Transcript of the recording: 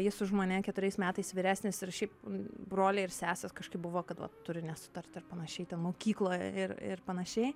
jis už mane keturiais metais vyresnis ir šiaip broliai ir sesės kažkaip buvo kad va turi nesutart ir panašiai ten mokykloje ir ir panašiai